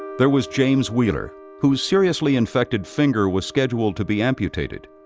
there was james wheeler, whose seriously infected finger was scheduled to be amputated.